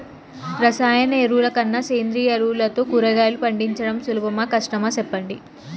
రసాయన ఎరువుల కన్నా సేంద్రియ ఎరువులతో కూరగాయలు పండించడం సులభమా కష్టమా సెప్పండి